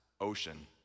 ocean